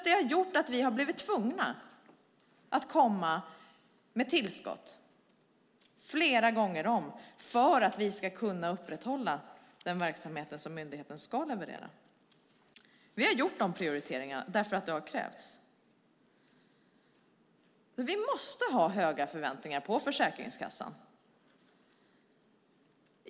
Det har gjort att vi flera gånger har tvingats komma med tillskott för att upprätthålla den verksamhet som myndigheten ska leverera. Vi har gjort dessa prioriteringar för att det har krävts. Vi måste ha höga förväntningar på Försäkringskassan.